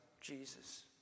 Jesus